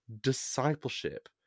discipleship